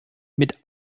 mit